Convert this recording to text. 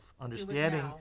understanding